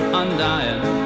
undying